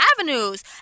avenues